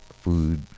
food